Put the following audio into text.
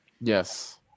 yes